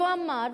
הוא אמר,